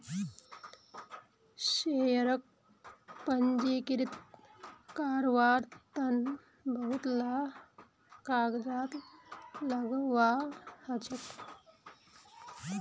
शेयरक पंजीकृत कारवार तन बहुत ला कागजात लगव्वा ह छेक